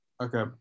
okay